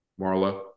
Marla